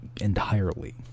entirely